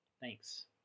Thanks